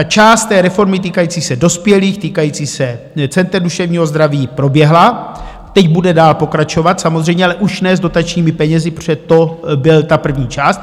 Část té reformy týkající se dospělých, týkající se center duševního zdraví, proběhla, teď bude dál pokračovat samozřejmě, ale už ne s dotačními penězi, protože to byla ta první část.